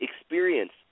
experience